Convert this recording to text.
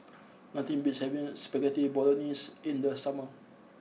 nothing beats having Spaghetti Bolognese in the summer